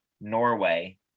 Norway